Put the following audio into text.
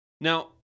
now